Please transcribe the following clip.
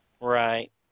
Right